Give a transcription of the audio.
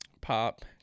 pop